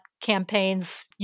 campaigns